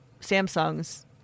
Samsung's